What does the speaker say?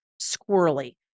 squirrely